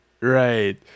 right